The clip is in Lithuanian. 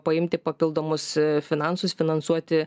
paimti papildomus finansus finansuoti